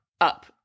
up